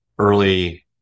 early